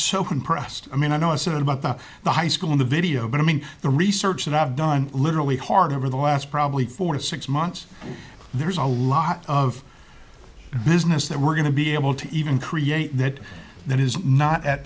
when pressed i mean i know it's not about the high school in the video but i mean the research that i've done literally hard over the last probably four to six months there's a lot of business that we're going to be able to even create that that is not at